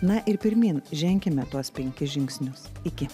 na ir pirmyn ženkime tuos penkis žingsnius iki